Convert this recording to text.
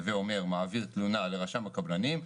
הווה אומר מעביר תלונה לרשם הקבלנים,